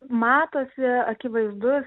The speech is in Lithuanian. matosi akivaizdus